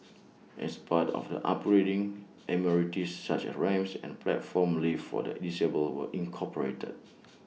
as part of the upgrading amenities such as ramps and A platform lift for the disabled were incorporated